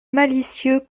malicieux